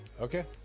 Okay